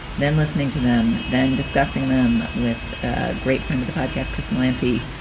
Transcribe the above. then listening to them, then discussing them with a great friend of the podcast xml. n v.